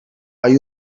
hay